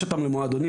יש אותן למועדונים.